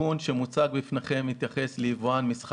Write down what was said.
התיקון שמוצג בפניכם מתייחס ליבואן מסחרי.